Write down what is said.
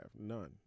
None